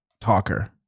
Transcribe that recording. talker